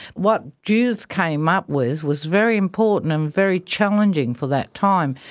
what judith came up with was very important and very challenging for that time.